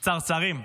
צרצרים.